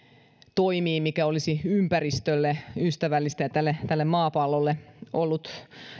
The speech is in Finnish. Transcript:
toimiin mikä olisi ollut ympäristölle ystävällistä ja tälle tälle maapallolle